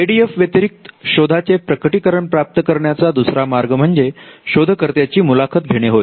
I D F व्यतिरिक्त शोधाचे प्रकटीकरण प्राप्त करण्याचा दुसरा मार्ग म्हणजे शोधकर्त्या ची मुलाखत घेणे होय